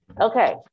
okay